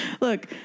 Look